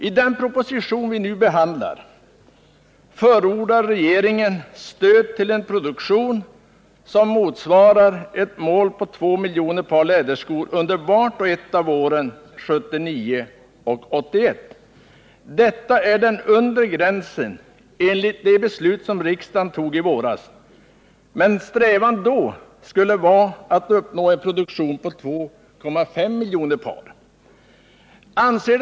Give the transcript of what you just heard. I den proposition vi nu behandlar förordar regeringen stöd till en produktion som motsvarar ett mål på 2 miljoner par läderskor under vart och ett av åren 1979-1981. Detta är den undre gränsen enligt det beslut som riksdagen tog i våras. Men strävan skulle då vara att uppnå en produktion på 2,5 miljoner par.